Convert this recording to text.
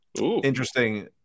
interesting